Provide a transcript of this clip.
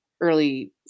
early